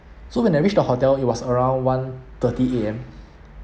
so when I reached the hotel it was around one thirty A_M